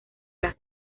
las